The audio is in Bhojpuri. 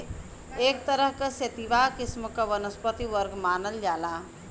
एक तरह क सेतिवा किस्म क वनस्पति वर्ग मानल जाला